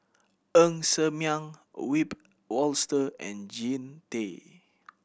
Ng Ser Miang Wiebe Wolter and Jean Tay